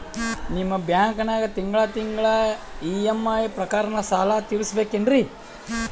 ನಿಮ್ಮ ಬ್ಯಾಂಕನಾಗ ತಿಂಗಳ ತಿಂಗಳ ಇ.ಎಂ.ಐ ಪ್ರಕಾರನ ಸಾಲ ತೀರಿಸಬೇಕೆನ್ರೀ?